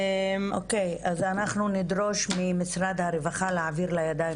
אז אנחנו נדרוש ממשרד הרווחה להעביר לידיים